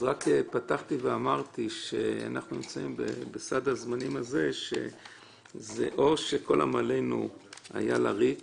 פתחתי ואמרתי שבסד הזמנים הזה זה או שכל עמלינו היה לריק